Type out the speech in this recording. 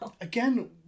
Again